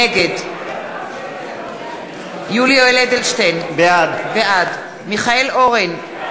נגד יולי יואל אדלשטיין, בעד מיכאל אורן,